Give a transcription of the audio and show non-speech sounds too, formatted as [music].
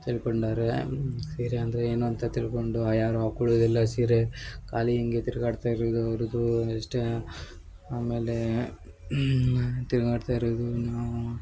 ತಿಳ್ಕೊಂಡಾರೆ ಸೀರೆ ಅಂದರೆ ಏನೋ ಅಂತ ತಿಳ್ಕೊಂಡು ಯಾರೋ ಹಾಕೊಳ್ಳುದಿಲ್ಲ ಸೀರೆ ಖಾಲಿ ಹೀಗೆ ತಿರ್ಗಾಡ್ತಾ ಇರೋದು ಅವ್ರದ್ದೂ ಅಷ್ಟೇ ಆಮೇಲೆ ತಿರ್ಗಡ್ತಾ ಇರೋದು [unintelligible]